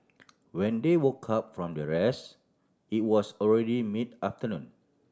when they woke up from their rest it was already mid afternoon